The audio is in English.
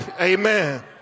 amen